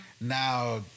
now